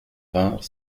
vingt